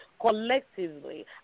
collectively